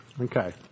okay